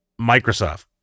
Microsoft